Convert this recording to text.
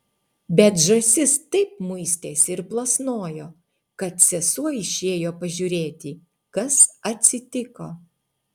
bet žąsis taip muistėsi ir plasnojo kad sesuo išėjo pažiūrėti kas atsitiko